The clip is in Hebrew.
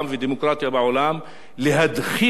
ומטרתה להדחיק את הסוגיה הזו.